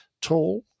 tall